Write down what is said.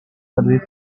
service